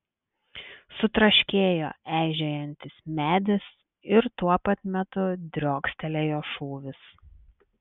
sutraškėjo eižėjantis medis ir tuo pat metu driokstelėjo šūvis